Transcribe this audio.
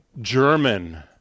German